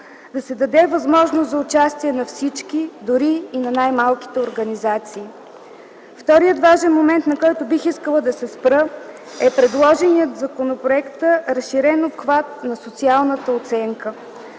да се даде възможност за участие на всички, дори и на най-малките организации. Вторият важен момент, на който бих искала да се спра, е предложеният в законопроекта разширен обхват на социалната оценка.